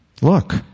Look